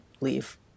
leave